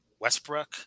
Westbrook